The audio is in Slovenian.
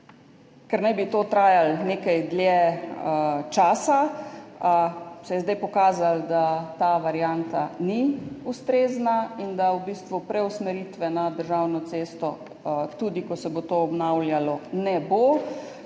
Ker naj bi to trajalo nekaj dlje časa, se je zdaj pokazalo, da ta varianta ni ustrezna in da v bistvu preusmeritve na državno cesto, tudi ko se bo to obnavljalo, ne bo.